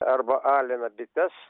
arba alina bites